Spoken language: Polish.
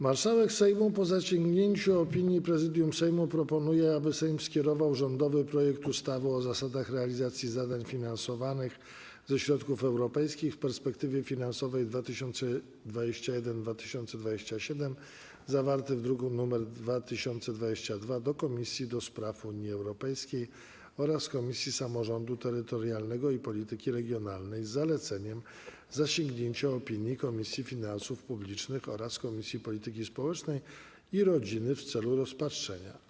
Marszałek Sejmu, po zasięgnięciu opinii Prezydium Sejmu, proponuje, aby Sejm skierował rządowy projekt ustawy o zasadach realizacji zadań finansowanych ze środków europejskich w perspektywie finansowej 2021-2027, zawarty w druku nr 2022, do Komisji do Spraw Unii Europejskiej oraz Komisji Samorządu Terytorialnego i Polityki Regionalnej, z zaleceniem zasięgnięcia opinii Komisji Finansów Publicznych oraz Komisji Polityki Społecznej i Rodziny, w celu rozpatrzenia.